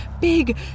big